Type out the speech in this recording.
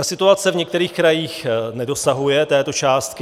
Situace v některých krajích nedosahuje této částky.